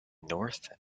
north